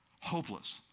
hopeless